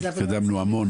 קידמנו המון.